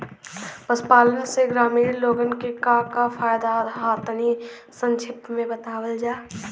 पशुपालन से ग्रामीण लोगन के का का फायदा ह तनि संक्षिप्त में बतावल जा?